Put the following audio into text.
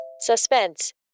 Suspense